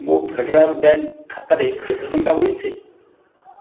ମୋ Federal Bank ଖାତାରେ କେତେ ଟଙ୍କା ବଳିଛି